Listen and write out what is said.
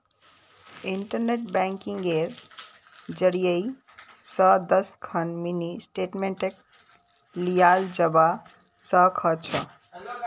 internet बैंकिंगेर जरियई स दस खन मिनी स्टेटमेंटक लियाल जबा स ख छ